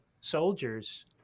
soldiers